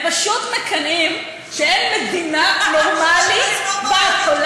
הם פשוט מקנאים כי אין מדינה נורמלית בעולם